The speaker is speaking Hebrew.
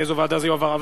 לאיזו ועדה זה יועבר.